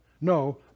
No